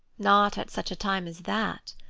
not at such a time as that.